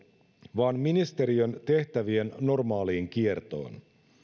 vaan ministeriön tehtävien normaaliin kiertoon